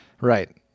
Right